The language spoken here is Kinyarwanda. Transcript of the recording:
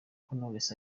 knowless